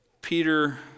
Peter